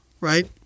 right